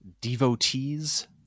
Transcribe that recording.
devotees